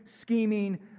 scheming